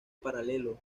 paralelo